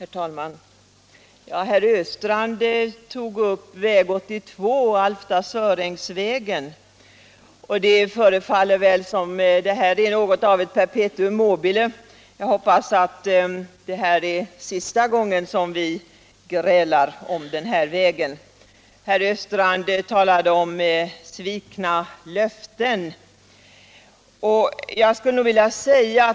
Herr talman! Herr Östrand tog upp frågan om väg 82, Alfta-Sörängsvägen. Det förefaller som om den är något av ett perpetuum mobile. Jag hoppas att det är sista gången som vi grälar om den vägen. Herr Östrand talade om svikna löften.